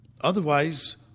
Otherwise